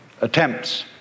attempts